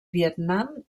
vietnam